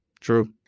True